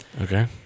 Okay